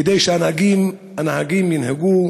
כדי שהנהגים ינהגו